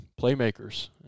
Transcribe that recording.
playmakers